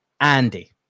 Andy